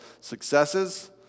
successes